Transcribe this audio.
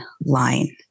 line